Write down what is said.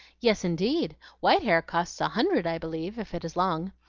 yes, indeed. white hair costs a hundred, i believe, if it is long.